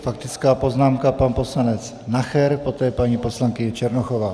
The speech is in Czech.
Faktická poznámka, pan poslanec Nacher, poté paní poslankyně Černochová.